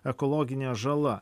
ekologinė žala